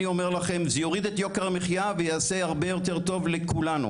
אני אומר לכם זה יוריד את יוקר המחיה ויעשה הרבה יותר טוב לכולנו.